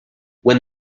when